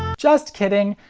just kidding!